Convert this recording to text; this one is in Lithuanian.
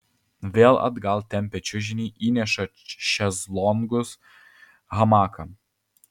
vėl atgal tempia čiužinį įneša šezlongus hamaką